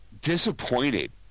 Disappointed